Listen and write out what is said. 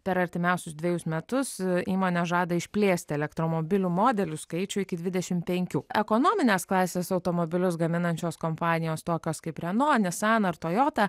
per artimiausius dvejus metus įmonė žada išplėsti elektromobilių modelių skaičių iki dvidešimt penkių ekonominės klasės automobilius gaminančios kompanijos tokios kaip reno nisan ir tojota